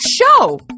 show